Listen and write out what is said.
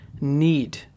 need